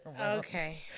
okay